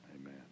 Amen